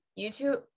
youtube